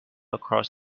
across